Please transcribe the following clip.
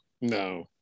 no